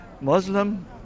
Muslim